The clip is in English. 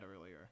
earlier